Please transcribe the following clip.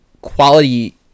quality